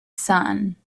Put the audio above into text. sun